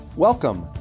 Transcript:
Welcome